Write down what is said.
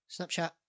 Snapchat